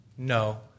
No